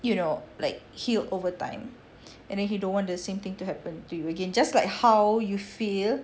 you know like healed over time and then he don't want the same thing to happen to you again just like how you feel